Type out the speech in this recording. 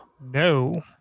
No